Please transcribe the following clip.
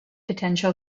potential